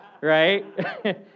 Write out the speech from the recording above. right